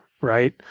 right